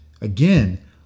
again